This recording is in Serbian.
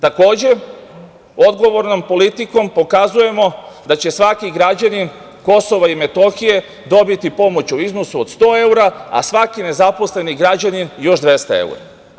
Takođe, odgovornom politikom pokazujemo da će svaki građanin KiM dobiti pomoć u iznosu od 100 evra, a svaki nezaposleni građanin još 200 evra.